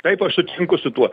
taip aš sutinku su tuo